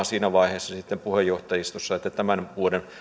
siinä vaiheessa puheenjohtajistossa että tämän vuoden